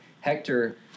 Hector